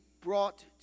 brought